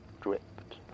dripped